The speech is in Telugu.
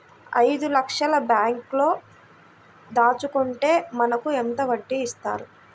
ఐదు లక్షల బ్యాంక్లో దాచుకుంటే మనకు ఎంత వడ్డీ ఇస్తారు?